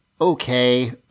okay